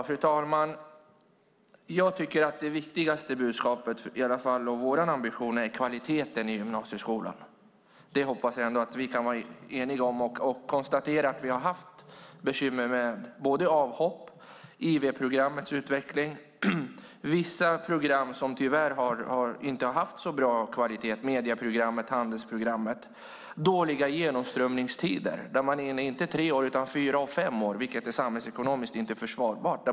Fru talman! Det viktigaste budskapet, och det är vår ambition, är kvaliteten i gymnasieskolan. Jag hoppas att vi kan vara eniga om det. Jag konstaterar att vi har haft bekymmer med avhopp och IV-programmets utveckling. Vissa program har tyvärr inte haft så bra kvalitet, till exempel medieprogrammet och handelsprogrammet. Det har varit dåliga genomströmningstider, inte tre år utan fyra och fem år, vilket samhällsekonomiskt inte är försvarbart.